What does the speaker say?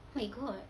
my god